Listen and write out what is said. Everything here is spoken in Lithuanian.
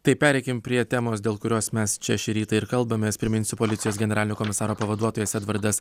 tai pereikim prie temos dėl kurios mes čia šį rytą ir kalbamės priminsiu policijos generalinio komisaro pavaduotojas edvardas